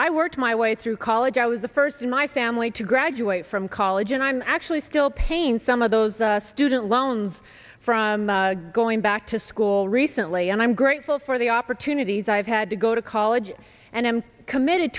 i worked my way through college i was the first in my family to graduate from college and i'm actually still pain some of those student loans from going back to school recently and i'm grateful for the opportunities i've had to go to college and i'm committed